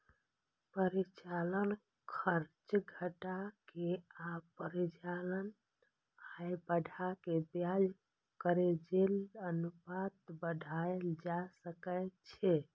परिचालन खर्च घटा के आ परिचालन आय बढ़ा कें ब्याज कवरेज अनुपात बढ़ाएल जा सकै छै